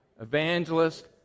evangelist